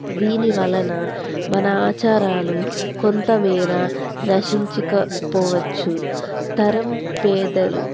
దీని వలన మన ఆచారాలు కొంతమేర నశించుకుపోవచ్చు తరం పేదలు